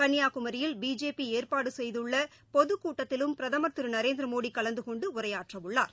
கள்னியாகுமரியில் BJP ஏற்பாடு செய்துள்ள பொதுக்கூட்டத்திலும் பிரதமர் திரு நரேந்திர மோடி கலந்து கொண்டு உரையாற்ற உள்ளார்